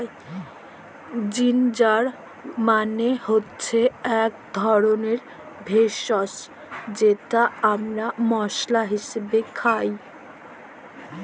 ginger মালে হচ্যে ইক ধরলের ভেষজ যেট আমরা মশলা হিসাবে খাই